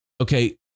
Okay